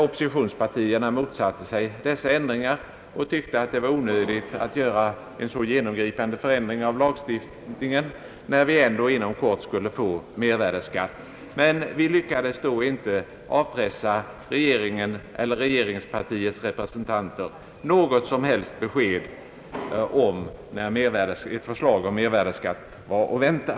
Oppositionspartierna motsatte sig dessa ändringar och tyckte att det var onödigt att vidta en så genomgripande förändring i lagstiftningen när vi ändå inom kort skulle få mervärdeskatt. Vi lyckades då inte avpressa regeringspartiets representanter något som helst besked när förslag om mervärdeskatt var att vänta.